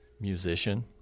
musician